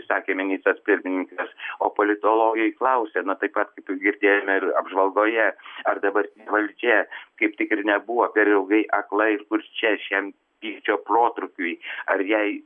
sakė ministras pirmininkas o politologai klausia na taip pat kaip ir girdėjome ir apžvalgoje ar dabartinė valdžia kaip tik ir nebuvo per ilgai aklai ir kurčia šiam pykčio protrūkiui ar jai